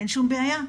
אין שום בעיה,